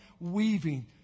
weaving